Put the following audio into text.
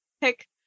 pick